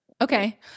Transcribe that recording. Okay